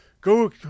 go